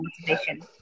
motivation